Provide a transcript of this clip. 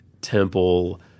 temple